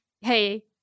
hey